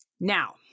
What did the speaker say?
now